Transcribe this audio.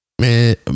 Man